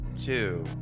two